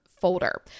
Folder